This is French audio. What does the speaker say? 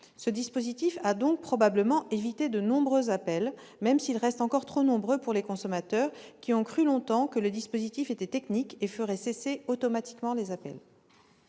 Ce dispositif a donc probablement évité de nombreux appels, même si ceux-ci restent encore trop nombreux pour les consommateurs, qui ont cru longtemps que le dispositif était technique et ferait cesser automatiquement les appels.